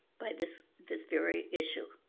by this this very issue.